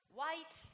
white